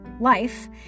life